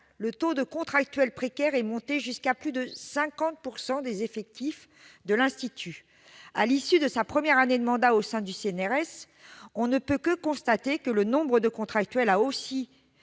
le taux de contractuels précaires est monté jusqu'à plus de 50 % des effectifs de l'Institut. À l'issue de sa première année de mandat au sein du CNRS, on ne peut que constater que le nombre de contractuels a aussi